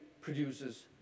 produces